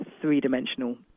three-dimensional